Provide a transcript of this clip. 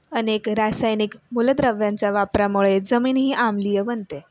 अनेक रासायनिक मूलद्रव्यांच्या वापरामुळे जमीनही आम्लीय बनते